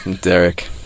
Derek